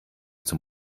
zum